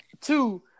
two